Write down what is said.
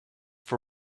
for